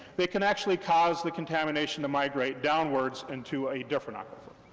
they can actually cause the contamination to migrate downwards into a different aquifer.